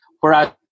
Whereas